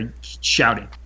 shouting